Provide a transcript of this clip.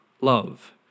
love